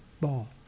ball